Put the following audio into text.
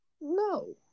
No